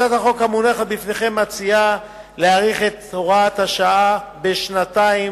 הצעת החוק המונחת בפניכם מציעה להאריך את הוראת השעה בשנתיים,